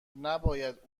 نباید